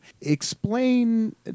Explain